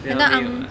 对 lor 没有啊